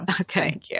Okay